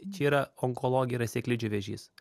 čia yra onkologija yra sėklidžių vėžys